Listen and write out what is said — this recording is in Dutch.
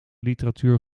literatuur